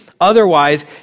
Otherwise